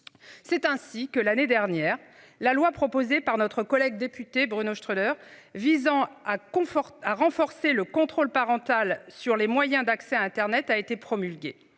C'est ainsi que l'année dernière. La loi proposée par notre collègue député Bruno Schröder visant à conforter à renforcer le contrôle parental sur les moyens d'accès à Internet a été promulguée,